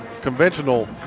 conventional